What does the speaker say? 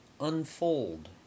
unfold